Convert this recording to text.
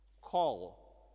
call